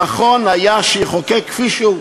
נכון היה שיחוקק כפי שהוא,